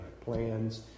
plans